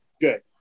Good